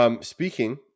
Speaking